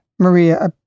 Maria